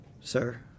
sir